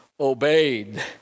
Obeyed